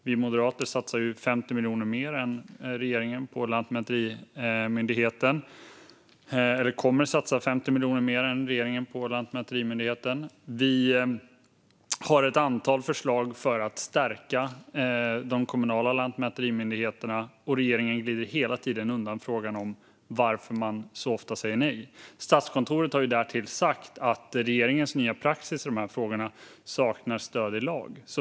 Vi moderater kommer ju att satsa 50 miljoner mer än regeringen på lantmäterimyndigheterna. Vi har ett antal förslag för att stärka de kommunala lantmäterimyndigheterna, och regeringen glider hela tiden undan frågan varför man så ofta säger nej. Statskontoret har därtill sagt att regeringens nya praxis i de här frågorna saknar stöd i lag.